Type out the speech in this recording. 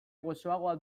gozoagoa